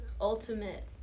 ultimate